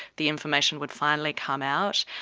the information would finally come out.